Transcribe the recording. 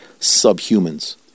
subhumans